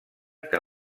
que